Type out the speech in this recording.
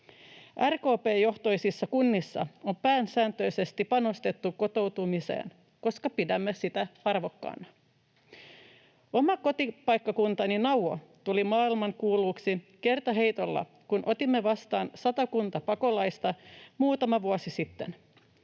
RKP-johtoisissa kunnissa on pääsääntöisesti panostettu kotoutumiseen, koska pidämme sitä arvokkaana. Oma kotipaikkakuntani Nauvo tuli maailmankuuluksi kertaheitolla, kun otimme vastaan satakunta pakolaista muutama vuosi sitten.